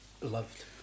loved